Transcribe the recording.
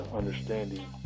understanding